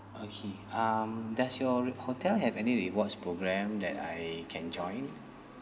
okay um does your hotel have any rewards program that I can join